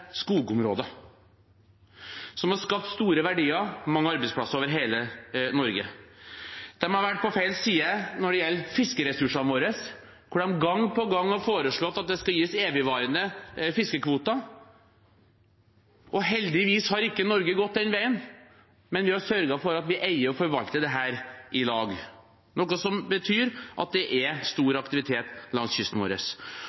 skogområder, og som har skapt store verdier og mange arbeidsplasser over hele Norge. De har vært på feil side når det gjelder fiskeressursene våre, der de gang på gang har foreslått at det skal gis evigvarende fiskekvoter. Heldigvis har ikke Norge gått den veien, men vi har sørget for at vi eier og forvalter dette i lag, noe som betyr at det er